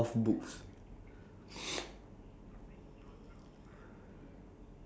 teruk sia gram~ grammar dia what are your favourite genres for books